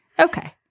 Okay